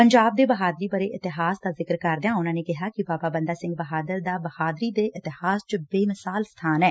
ਪੰਜਾਬ ਦੇ ਬਹਾਦਰੀ ਭਰੇ ਇਤਿਹਾਸ ਦਾ ਜ਼ਿਕਰ ਕਰਦਿਆਂ ਉਨੂਾ ਨੇ ਕਿਹਾ ਕਿ ਬੂਾਬਾ ਬੰਦਾ ਸਿੰਘ ਬਹਾਦਰ ਦਾ ਬਹਾਦਰੀ ਦੇ ਇਤਿਹਾਸ ਵਿਚ ਬੇਮਿਸ਼ਾਲ ਸਬਾਨ ਹੈ